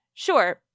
Sure